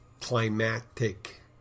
climatic